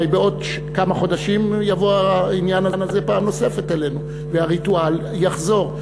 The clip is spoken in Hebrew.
הרי בעוד כמה חודשים יבוא העניין הזה פעם נוספת אלינו והריטואל יחזור.